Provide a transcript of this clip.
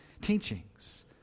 teachings